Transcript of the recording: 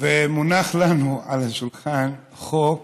מונח לנו על השולחן חוק